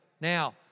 Now